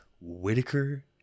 Whitaker